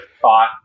thought